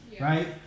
Right